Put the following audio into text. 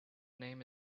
name